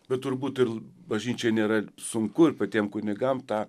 bet turbūt irl bažnyčiai nėra sunku ir patiem kunigam tą